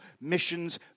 missions